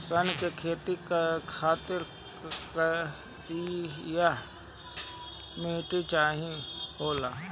सन के खेती खातिर करिया मिट्टी सही होला